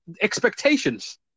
expectations